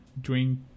drink